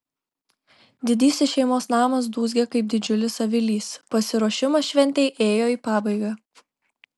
didysis šeimos namas dūzgė kaip didžiulis avilys pasiruošimas šventei ėjo į pabaigą